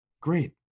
Great